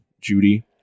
Judy